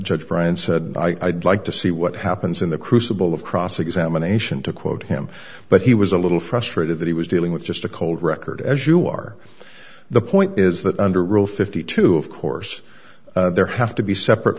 judge brian said i'd like to see what happens in the crucible of cross examination to quote him but he was a little frustrated that he was dealing with just a cold record as you are the point is that under rule fifty two dollars of course there have to be separate